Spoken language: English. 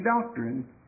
doctrine